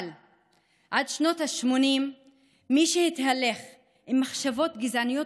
אבל עד שנות השמונים מי שהתהלך עם מחשבות גזעניות